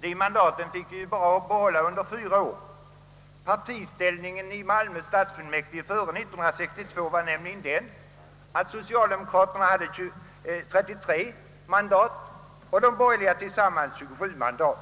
De mandaten fick vi bara behålla under fyra år. Partiställningen i Malmö stadsfullmäktige före 1962 var nämligen den att socialdemokraterna hade 33 mandat och de borgerliga tillsammans 27 mandat.